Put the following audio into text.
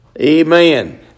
Amen